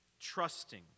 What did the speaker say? trusting